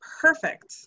perfect